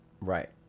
Right